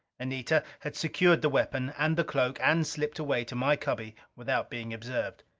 anita had secured the weapon and the cloak and slipped away to my cubby without being observed.